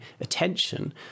attention